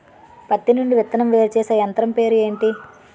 పత్తి నుండి విత్తనం వేరుచేసే యంత్రం పేరు ఏంటి